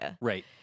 Right